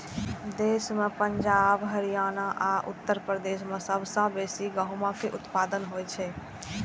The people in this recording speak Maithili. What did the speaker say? देश मे पंजाब, हरियाणा आ उत्तर प्रदेश मे सबसं बेसी गहूमक उत्पादन होइ छै